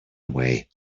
away